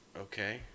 Okay